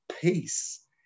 peace